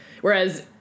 whereas